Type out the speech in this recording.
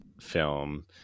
film